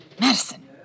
Madison